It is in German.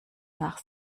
nach